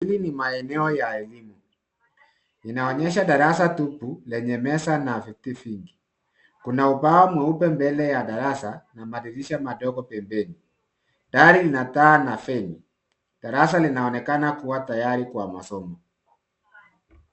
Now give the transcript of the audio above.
Hili ni maeneo ya elimu, linaonyesha darasa tupu lenye meza na viti vingi. Kuna ubao mweupe mbele ya darasa na madirisha madogo pembeni, dari na taa na feni. Darasa linaonekana kuwa tayari kwa masomo.